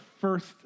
first